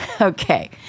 Okay